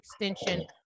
extension